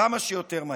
כמה שיותר מהר.